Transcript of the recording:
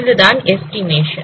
இதுதான் எஸ்டிமேஷன்